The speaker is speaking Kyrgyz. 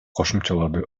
кошумчалады